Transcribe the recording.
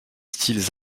styles